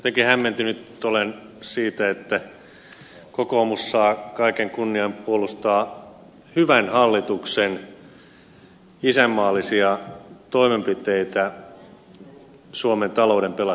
jotenkin hämmentynyt olen siitä että kokoomus saa kaiken kunnian puolustaa hyvän hallituksen isänmaallisia toimenpiteitä suomen talouden pelastamiseksi